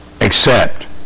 Accept